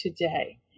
today